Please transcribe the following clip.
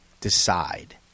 decide